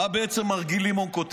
מה בעצם כותב מר גיל לימון?